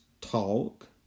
talk